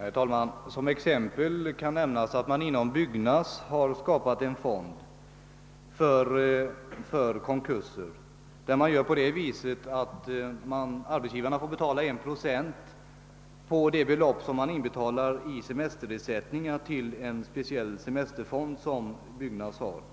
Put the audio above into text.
Herr talman! Som exempel kan nämnas att man inom byggnadsbranschen har skapat en fond för konkurser. Arbetsgivarna får betala 1 procent av det belopp, som de inbetalar i semesterersättning, till en speciell semesterfond som Byggnadsarbetareförbundet